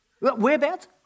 Whereabouts